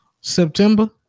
September